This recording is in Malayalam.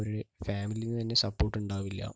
അപ്പോൾ അവരുടെ ഫാമിലിയിൽ നിന്ന് തന്നെ സപ്പോർട്ട് ഉണ്ടാവില്ല